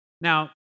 Now